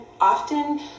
often